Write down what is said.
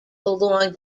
along